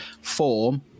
form